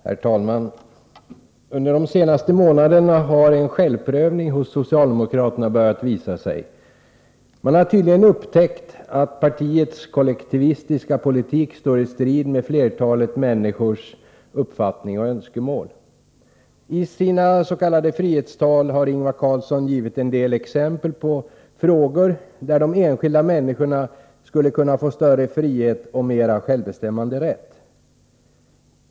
Herr talman! Under de senaste månaderna har det börjat visa sig att socialdemokraterna gör en självprövning. Man har tydligen upptäckt att partiets kollektivistiska politik står i strid med flertalet människors uppfattning och önskemål. I sina s.k. frihetstal har Ingvar Carlsson gett en del exempel på frågor där de enskilda människorna skulle kunna få större frihet och mer självbestämmanderätt.